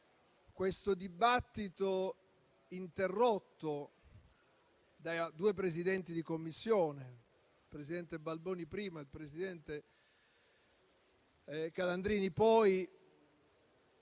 questo dibattito interrotto da due Presidenti di Commissione, il presidente Balboni prima e il presidente Calandrini poi,